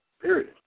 period